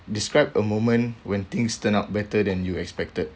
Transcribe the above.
describe a moment when things turn out better than you expected